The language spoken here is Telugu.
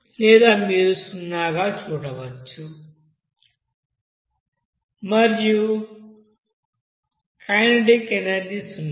లేదా మీరు సున్నా చూడవచ్చు మరియు కైనెటిక్ ఎనర్జీ సున్నా